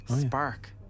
Spark